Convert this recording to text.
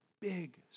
big